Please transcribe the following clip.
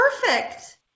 perfect